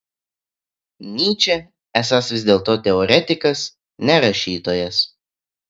nyčė esąs vis dėlto teoretikas ne rašytojas